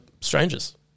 strangers